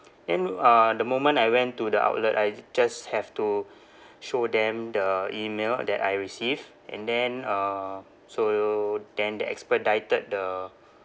then uh the moment I went to the outlet I just have to show them the email that I received and then uh so then they expedited the